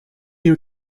new